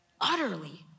Utterly